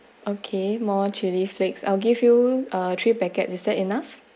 okay more chilli flakes I'll give you uh three packets is that enough